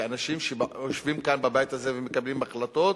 כאנשים שיושבים כאן בבית הזה ומקבלים החלטות,